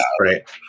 right